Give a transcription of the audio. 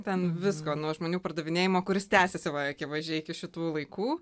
ten visko nuo žmonių pardavinėjimo kuris tęsiasi va akivaizdžiai iki šitų laikų